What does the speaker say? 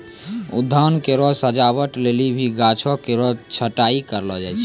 उद्यान केरो सजावट लेलि भी गाछो केरो छटाई कयलो जाय छै